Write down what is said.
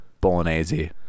bolognese